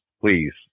please